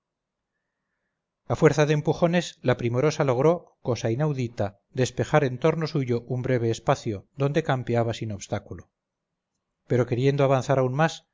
a fuerza de empujones la primorosa logró cosa inaudita despejar en torno suyo un breve espacio donde campeaba sin obstáculo pero queriendo avanzar más